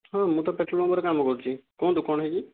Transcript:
ହଁ ମୁଁ ତ ପେଟ୍ରୋଲ ପମ୍ପରେ କାମ କରୁଛି କୁହନ୍ତୁ କ'ଣ ହୋଇଛି